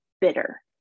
bitter